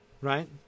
right